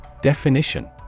Definition